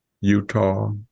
Utah